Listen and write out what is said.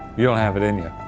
you don't have it in ya.